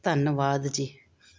ਧੰਨਵਾਦ ਜੀ